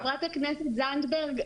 חברת הכנסת זנדברג,